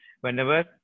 whenever